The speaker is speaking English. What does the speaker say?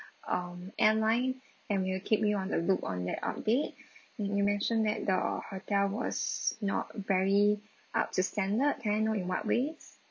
um airline and we'll keep you on the loop on that update you you mentioned that the hotel was not very up to standard can I know in what ways